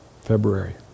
February